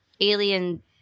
alien